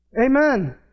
amen